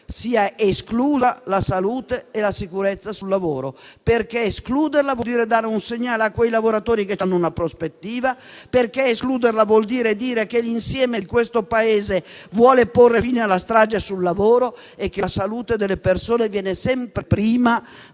siano escluse la salute e la sicurezza sul lavoro, perché escluderle vuol dire dare un segnale a quei lavoratori che hanno una prospettiva, perché escluderle vuol dire che l'insieme di questo Paese vuole porre fine alla strage sul lavoro, e che la salute delle persone viene sempre prima